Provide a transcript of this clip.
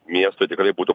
miestui tikrai būtų